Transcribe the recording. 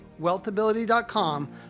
WealthAbility.com